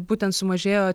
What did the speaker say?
būtent sumažėjo